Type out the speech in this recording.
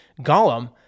Gollum